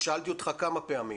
שאלתי אותך כמה פעמים.